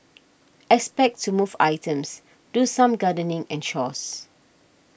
expect to move items do some gardening and chores